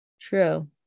true